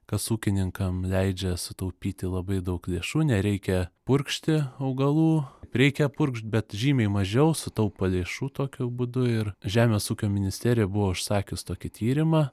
kas ūkininkam leidžia sutaupyti labai daug lėšų nereikia purkšti augalų reikia purkšt bet žymiai mažiau sutaupo lėšų tokiu būdu ir žemės ūkio ministerija buvo užsakius tokį tyrimą